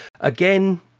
again